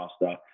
faster